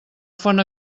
font